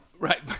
Right